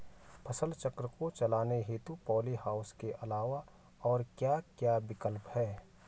फसल चक्र को चलाने हेतु पॉली हाउस के अलावा और क्या क्या विकल्प हैं?